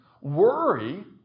Worry